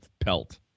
pelt